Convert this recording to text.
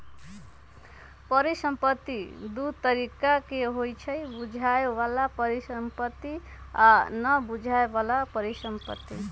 परिसंपत्ति दु तरिका के होइ छइ बुझाय बला परिसंपत्ति आ न बुझाए बला परिसंपत्ति